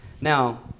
Now